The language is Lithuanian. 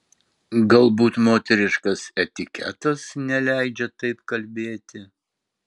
galbūt moteriškas etiketas neleidžia taip kalbėti